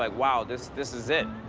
like wow, this, this is it.